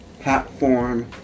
platform